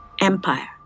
Empire